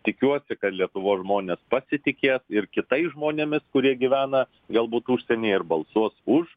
tikiuosi kad lietuvos žmonės pasitikės ir kitais žmonėmis kurie gyvena galbūt užsienyje ir balsuos už